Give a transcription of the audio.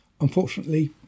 Unfortunately